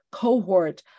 cohort